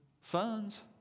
sons